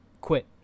quit